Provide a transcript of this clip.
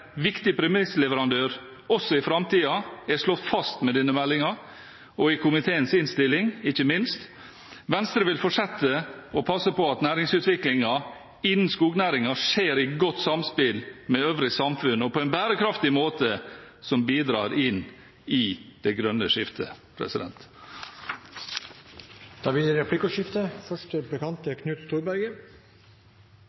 viktig premissleverandør også i framtiden, er slått fast med denne meldingen og ikke minst i komiteens innstilling. Venstre vil fortsette å passe på at næringsutviklingen innen skognæringen skjer i godt samspill med det øvrige samfunn og på en bærekraftig måte som bidrar inn i det grønne skiftet. Det blir replikkordskifte. Arbeiderpartiet har alltid ivret for at infrastrukturtiltak er